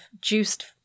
juiced